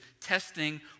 testing